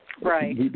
Right